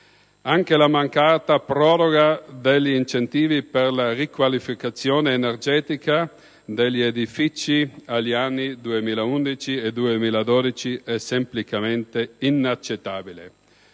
Anche la mancata proroga degli incentivi per la riqualificazione energetica degli edifici agli anni 2011 e 2012 è semplicemente inaccettabile.